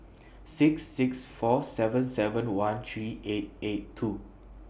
six six four seven seven one three eight eight two